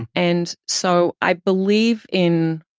and so i believe in,